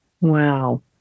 wow